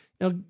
Now